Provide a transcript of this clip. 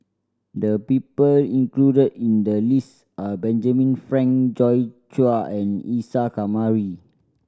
the people include in the list are Benjamin Frank Joi Chua and Isa Kamari